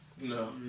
No